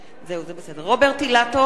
רוברט אילטוב,